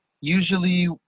usually